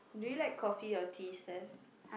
do you like coffee or tea Steph